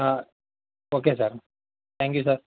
okay sir thank you sir